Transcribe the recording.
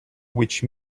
which